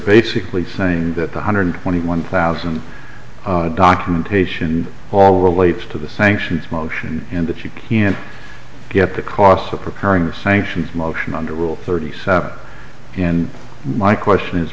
basically saying that one hundred twenty one thousand documentation all relates to the sanctions motion and that you can't get the cost of preparing sanctions motion under rule thirty seven and my question is